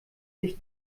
sich